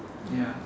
ya